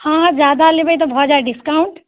हँ जादा लेबै तऽ भऽ जैत डिस्काउंट